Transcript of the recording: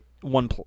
one